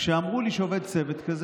כשאמרו לי שעובד צוות כזה,